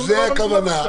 זאת הכוונה.